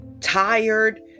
tired